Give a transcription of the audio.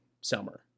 Summer